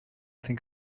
think